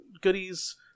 goodies